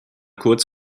kurz